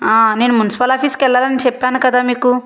నేను మున్సిపల్ ఆఫీసుకు వెళ్లాలని చెప్పాను కదా మీకు